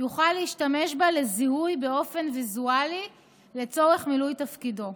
יוכל להשתמש בה לזיהוי באופן ויזואלי לצורך מילוי תפקידו.